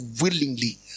willingly